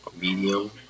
medium